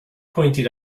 pointed